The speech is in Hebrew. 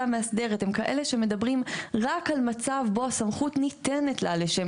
המאסדרת הן כאלה שמדברות רק על מצב בו סמכות ניתנת לה לשם